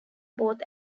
both